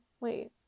Wait